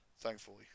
Thankfully